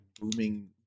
booming